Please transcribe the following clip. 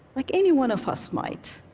like any one of us might,